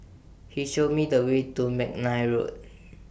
He Show Me The Way to Mcnair Road